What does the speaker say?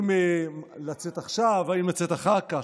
אם לצאת עכשיו, אם לצאת אחר כך.